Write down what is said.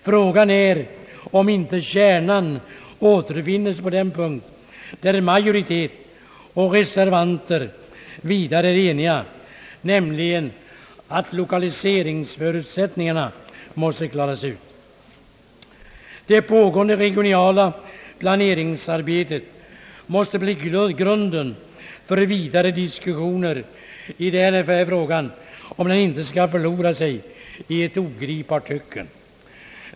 Frågan är om inte kärnan återfinnes på den punkt där majoritet och reservanter också är eniga, nämligen att lokaliseringsförutsättningarna måste klaras ut. Det pågående = regionala planeringsarbetet måste bli grunden för vidare diskussioner i denna fråga om den inte skall förlora sig i ett ogripbart töcken.